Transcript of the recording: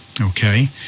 okay